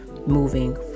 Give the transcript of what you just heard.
moving